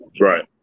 Right